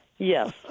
Yes